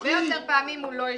הרבה יותר פעמים הוא לא ישלם.